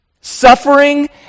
Suffering